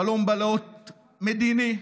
חלום בלהות מדיני,